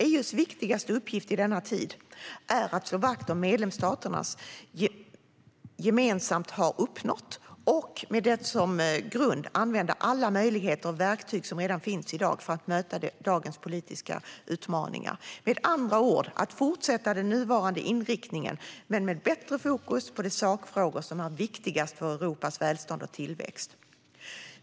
EU:s viktigaste uppgift i denna tid är att slå vakt om det medlemsstaterna gemensamt har uppnått och med det som grund använda alla möjligheter och verktyg som redan finns i dag för att möta dagens politiska utmaningar. Med andra ord innebär detta att fortsätta med den nuvarande inriktningen men med bättre fokus på de sakfrågor som är viktigast för Europas välstånd och tillväxt.